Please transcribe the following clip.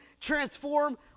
transform